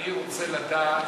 אני רוצה לדעת,